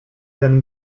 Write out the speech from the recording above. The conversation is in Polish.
ten